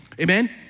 Amen